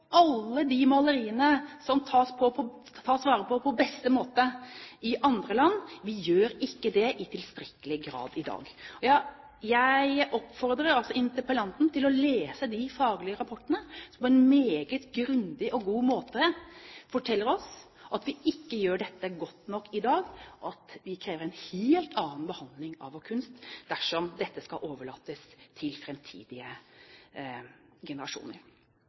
alle de maleriene som tas vare på på beste måte i andre land. Vi gjør ikke det i tilstrekkelig grad i dag. Jeg oppfordrer interpellanten til å lese de faglige rapportene, som på en meget grundig og god måte forteller oss at vi ikke gjør dette godt nok i dag, og at det kreves en helt annen behandling av vår kunst dersom dette skal overlates til framtidige generasjoner.